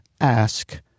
ask